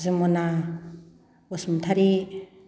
Jamuna Basumatary